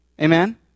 Amen